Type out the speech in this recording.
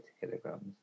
kilograms